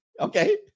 Okay